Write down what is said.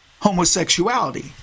homosexuality